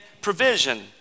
provision